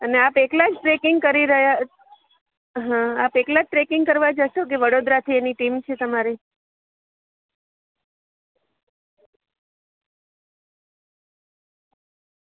અને આપ એકલાં જ ટ્રેકિંગ કરી રહ્યાં આપ એકલાં જ ટ્રેકિંગ કરવાં જશો કે વડોદરાથી એની ટીમ છે તમારી